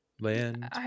land